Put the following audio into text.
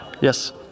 Yes